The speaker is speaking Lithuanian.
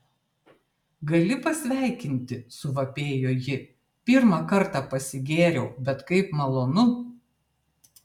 gali pasveikinti suvapėjo ji pirmą kartą pasigėriau bet kaip malonu